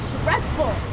stressful